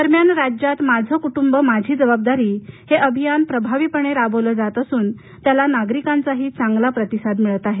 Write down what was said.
दरम्यान राज्यात माझं कुटुंब माझी जबाबदारी या अभियान प्रभावीपणे राबवलं जात असून त्याला नागरिकांचा चांगला प्रतिसाद मिळत आहे